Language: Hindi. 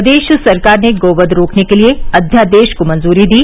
प्रदेश सरकार ने गो वध रोकने के लिए अध्यादेश को मंजूरी दी